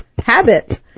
Habit